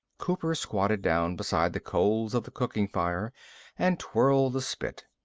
cooper squatted down beside the coals of the cooking fire and twirled the spit.